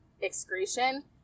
excretion